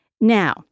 Now